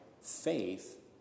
faith